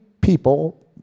people